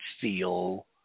feel